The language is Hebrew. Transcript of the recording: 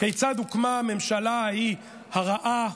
כיצד הוקמה הממשלה ההיא, הרעה,